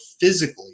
physically